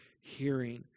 hearing